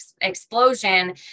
explosion